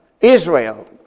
Israel